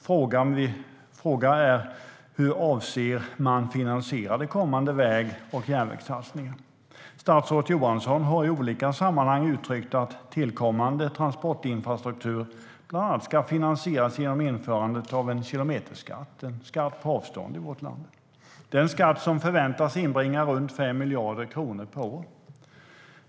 Frågan jag ställer är hur man avser att finansiera de kommande väg och järnvägssatsningarna. Statsrådet Johansson har i olika sammanhang uttryckt att tillkommande transportinfrastruktur bland annat ska finansieras genom införandet av en kilometerskatt, det vill säga en skatt på avstånd i vårt land. Det är en skatt som förväntas inbringa runt 5 miljarder kronor per år.